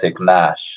NASH